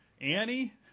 Annie